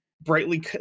brightly